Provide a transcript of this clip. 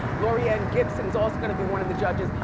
laurieann gibson's also gonna be one of the judges.